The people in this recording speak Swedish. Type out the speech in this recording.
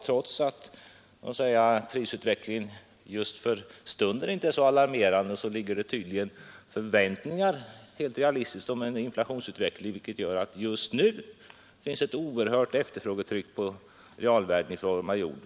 Trots att prisutvecklingen för stunden inte är så alarmerande hyser man tydligen helt realistiska förväntningar om en inflationsutveckling, vilket gör att det just nu finns ett oerhört efterfrågetryck på realvärden i form av jord.